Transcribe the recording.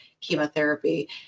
chemotherapy